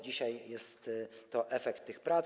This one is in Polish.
Dzisiaj jest to efekt tych prac.